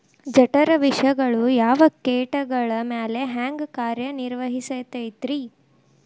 ಜಠರ ವಿಷಗಳು ಯಾವ ಕೇಟಗಳ ಮ್ಯಾಲೆ ಹ್ಯಾಂಗ ಕಾರ್ಯ ನಿರ್ವಹಿಸತೈತ್ರಿ?